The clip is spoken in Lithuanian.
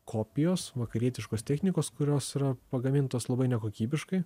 kopijos vakarietiškos technikos kurios yra pagamintos labai nekokybiškai